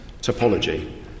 topology